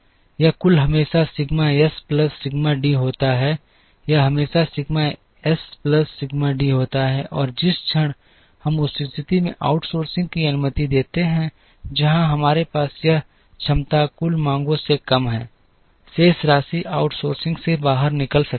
यह कुल हमेशा sigma S plus sigma D होता है यह हमेशा sigma S plus sigma D होता है और जिस क्षण हम उस स्थिति में भी आउटसोर्सिंग की अनुमति देते हैं जहां हमारे पास यह क्षमता कुल मांगों से कम है शेष राशि आउटसोर्सिंग से बाहर निकल सकती है